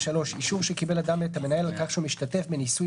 אישור שקיבל אדם מאת המנהל על כך שהוא משתתף בניסוי